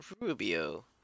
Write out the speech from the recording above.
Rubio